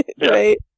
Right